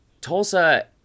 Tulsa